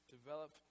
Develop